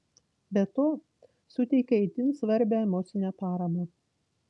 be to suteikia itin svarbią emocinę paramą